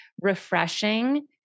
refreshing